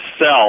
Sell